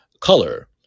color